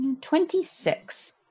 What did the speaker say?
Twenty-six